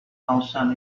thousand